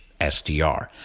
SDR